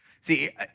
See